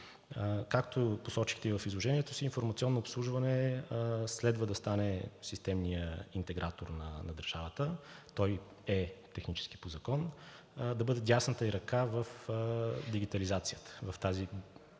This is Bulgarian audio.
Както посочихте и в изложението си, „Информационно обслужване“ следва да стане системният интегратор на държавата – той е технически по закон, да бъде дясната ѝ ръка в дигитализацията, в тази